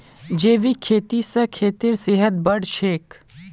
जैविक खेती स खेतेर सेहत बढ़छेक